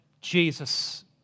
Jesus